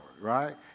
right